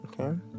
Okay